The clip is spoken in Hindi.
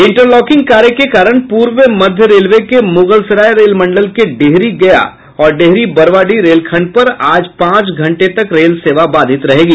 इंटरलॉकिंग कार्य के कारण पूर्व मध्य रेलवे के मुगलसराय रेल मंडल के डेहरी गया और डेहरी बरवाडीह रेलखंड पर आज पाच घंटे तक रेल सेवा बाधित रहेगी